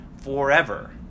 forever